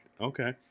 Okay